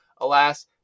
Alas